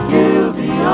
Guilty